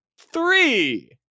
three